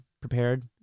prepared